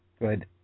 Good